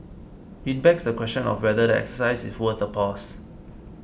it begs the question of whether the exercise is worth a pause